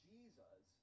Jesus